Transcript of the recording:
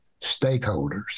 stakeholders